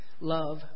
love